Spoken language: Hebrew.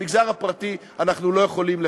במגזר הפרטי אנחנו לא יכולים.